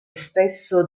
spesso